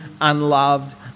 unloved